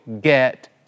get